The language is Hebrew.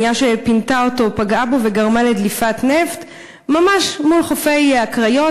האונייה שפינתה אותו פגעה בו וגרמה לדליפת נפט ממש מול חופי הקריות,